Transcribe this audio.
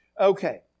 Okay